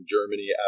Germany